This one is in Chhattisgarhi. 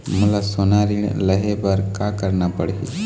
मोला सोना ऋण लहे बर का करना पड़ही?